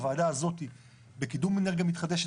הוועדה הזאת לקידום אנרגיה מתחדשת,